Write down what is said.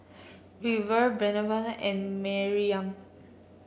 River Breonna and Maryam